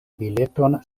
bileton